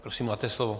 Prosím, máte slovo.